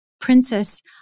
Princess